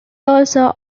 also